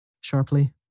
sharply